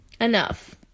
enough